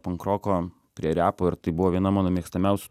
pankroko prie repo ir tai buvo viena mano mėgstamiausių